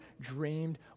dreamed